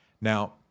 Now